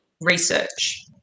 research